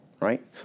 right